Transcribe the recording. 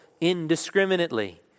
indiscriminately